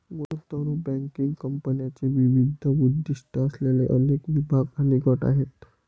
गुंतवणूक बँकिंग कंपन्यांचे विविध उद्दीष्टे असलेले अनेक विभाग आणि गट आहेत